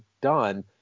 done